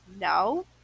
no